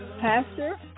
Pastor